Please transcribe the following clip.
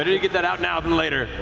to get that out now than later.